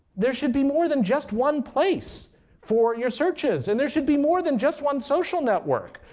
there should be more than just one place for your searches, and there should be more than just one social network.